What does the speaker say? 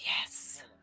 Yes